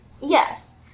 yes